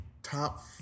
Top